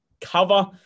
cover